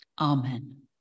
amen